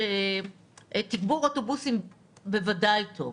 שתגבור אוטובוסים בוודאי הוא טוב.